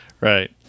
Right